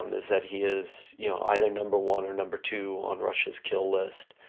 um is that he is you know either number one or number two on russia's kill list.